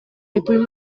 ipuin